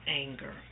anger